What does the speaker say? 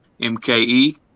MKE